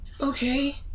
Okay